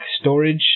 storage